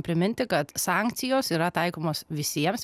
priminti kad sankcijos yra taikomos visiems